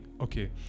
okay